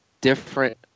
different